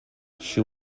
she